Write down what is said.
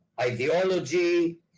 ideology